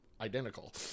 identical